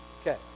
okay